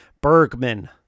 Bergman